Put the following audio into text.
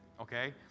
okay